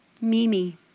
Mimi